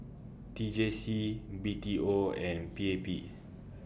T J C B T O and P A P